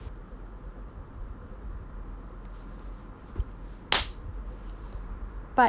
part